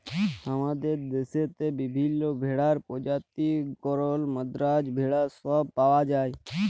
হামাদের দশেত বিভিল্য ভেড়ার প্রজাতি গরল, মাদ্রাজ ভেড়া সব পাওয়া যায়